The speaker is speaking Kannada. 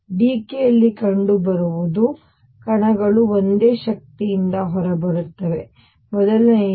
ಡಿಕೇ ಯಲ್ಲಿ ಕಂಡುಬರುವುದು ಕಣಗಳು ಒಂದೇ ಶಕ್ತಿಯಿಂದ ಹೊರಬರುತ್ತವೆ ಮೊದಲನೆದು